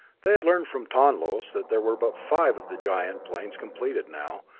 they had learned from tonlos that there were but five of the giant planes completed now,